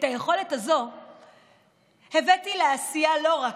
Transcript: את היכולת הזאת הבאתי לעשייה לא רק